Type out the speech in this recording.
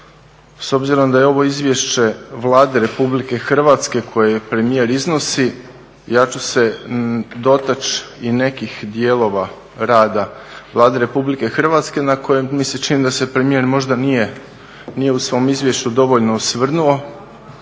s obzirom da je ovo izvješće Vlade RH koje premijer iznosi, ja ću se dotaći i nekih dijelova rada Vlade RH na koje mi se čini da se premijer možda nije u svom izvješću dovoljno osvrnuo.